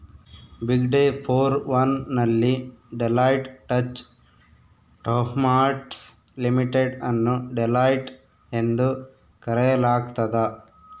ಬಿಗ್ಡೆ four one ನಲ್ಲಿ Deloitte Touche Tohmatsu limited ಅನ್ನು Deloitte ಎಂದು ಕರೆಯಲಾಗ್ತದ